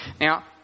now